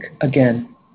again